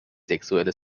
sexuelle